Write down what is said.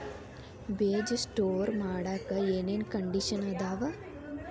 ಬೇಜ ಸ್ಟೋರ್ ಮಾಡಾಕ್ ಏನೇನ್ ಕಂಡಿಷನ್ ಅದಾವ?